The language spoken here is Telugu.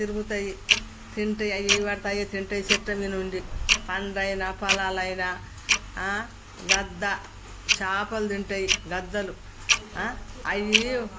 తిరుగుతాయి తింటాయి అవి ఇవి పడతాయి తింటాయి చెట్టు మీద ఉండి పండయినా ఫలాలైనా గద్ద చాపలు తింటాయి గద్దలు అవి